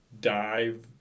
dive